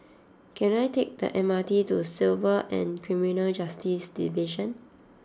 can I take the M R T to Civil and Criminal Justice Division